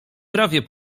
prawie